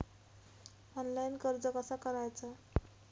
Online कर्ज कसा करायचा?